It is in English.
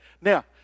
Now